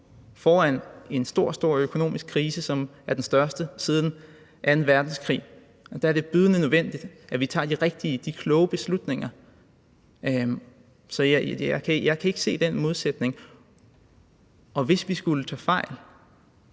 foran en stor, stor økonomisk krise, som er den største siden anden verdenskrig, tager de rigtige og de kloge beslutninger. Så jeg kan ikke se den modsætning. Og hvis vi skulle tage fejl